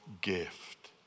gift